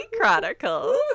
Chronicles